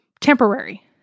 Temporary